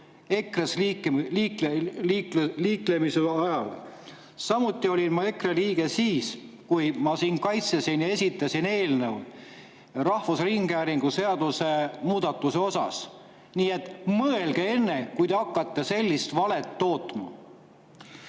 EKRE liige olemise ajal. Samuti olin ma EKRE liige siis, kui ma siin kaitsesin ja esitasin eelnõu rahvusringhäälingu seaduse muutmise kohta. Nii et mõelge enne, kui te hakkate sellist valet tootma.